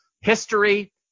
history